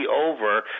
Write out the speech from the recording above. over